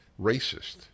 racist